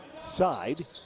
side